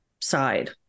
side